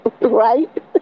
right